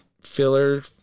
filler